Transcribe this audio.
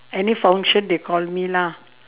any function they call me lah